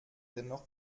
dennoch